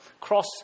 cross